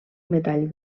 metall